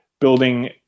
building